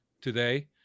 today